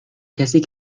کسی